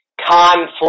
conflict